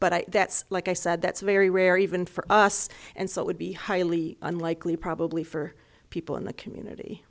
but i that's like i said that's very rare even for us and so it would be highly unlikely probably for people in the community